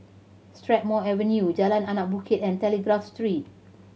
Strathmore Avenue Jalan Anak Bukit and Telegraph Street